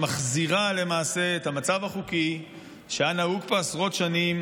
מחזירה למעשה את המצב החוקי שהיה נהוג פה עשרות שנים,